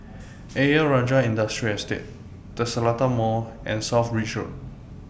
Ayer Rajah Industrial Estate The Seletar Mall and South Bridge Road